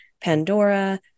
Pandora